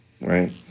right